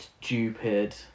stupid